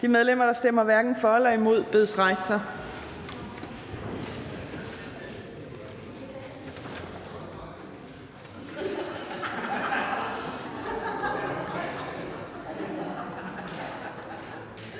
De medlemmer, der stemmer hverken for eller imod, bedes rejse sig.